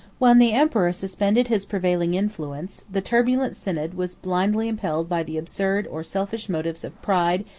when the emperor suspended his prevailing influence, the turbulent synod was blindly impelled by the absurd or selfish motives of pride,